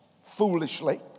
foolishly